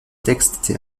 texte